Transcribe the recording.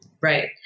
Right